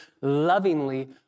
lovingly